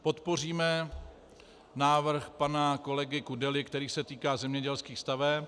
Podpoříme návrh pana kolegy Kudely, který se týká zemědělských staveb.